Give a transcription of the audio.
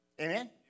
Amen